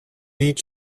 each